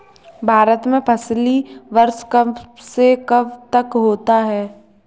भारत में फसली वर्ष कब से कब तक होता है?